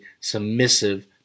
submissive